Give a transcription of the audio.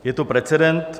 Je to precedent.